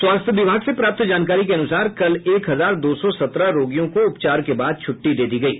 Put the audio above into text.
स्वास्थ्य विभाग से प्राप्त जानकारी के अनुसार कल एक हजार दो सौ सत्रह रोगियों को उपचार के बाद छुट्टी दे दी गयी